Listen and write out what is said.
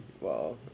wow